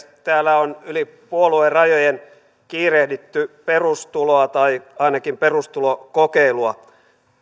täällä on yli puoluerajojen kiirehditty perustuloa tai ainakin perustulokokeilua